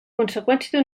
conseqüència